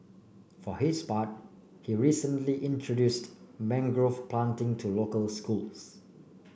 for his part he recently introduced mangrove planting to local schools